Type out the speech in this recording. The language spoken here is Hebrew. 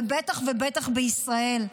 ובטח ובטח בישראל.